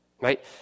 right